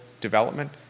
development